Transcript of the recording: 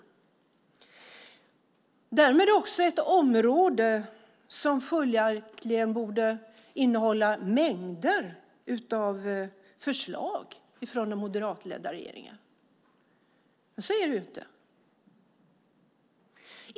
Det är därmed också ett område som följaktligen borde innehålla mängder av förslag från den moderatledda regeringen, men så är det inte.